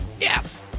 Yes